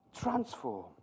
Transform